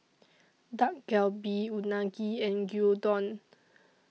Dak Galbi Unagi and Gyudon